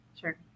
Sure